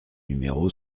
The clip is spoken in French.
numéro